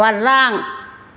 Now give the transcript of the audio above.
बारलां